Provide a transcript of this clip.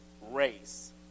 race